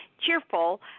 cheerful